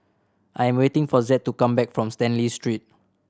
I'm waiting for Zed to come back from Stanley Street